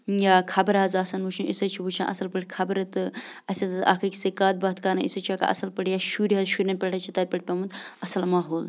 یا خَبرٕ حظ آسان وٕچھِنۍ أسۍ حظ چھِ وٕچھان اَصٕل پٲٹھۍ خَبرٕ تہٕ اَسہِ حظ اَکھ أکِس سۭتۍ کَتھ باتھ کَرٕنۍ أسۍ حظ چھِ ہٮ۪کان اَصٕل پٲٹھۍ یا شُرۍ حظ شُرٮ۪ن پٮ۪ٹھ حظ چھِ تَتہِ پٮ۪ٹھ پیوٚمُت اَصٕل ماحول